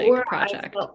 project